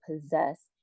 possess